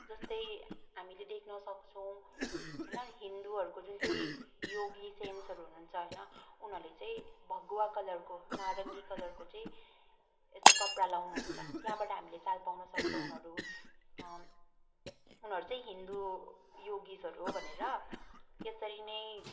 जस्तै हामीले देख्न सक्छौँ होइन हिन्दूहरूको जुन चाहिँ योगी सेन्ट्सहरू हुनुहुन्छ होइन उनीहरूले चाहिँ भगुवा कलरको नारङ्गी कलरको चाहिँ यस्तो कपडा लाउनुहुन्छ त्यहाँबाट हामीले चाल पाउन सक्छौँ उनीहरू चाहिँ हिन्दू योगिजहरू हो भनेर त्यसरी नै